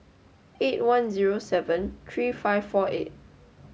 eight one zero seven three five four eight